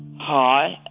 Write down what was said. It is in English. high,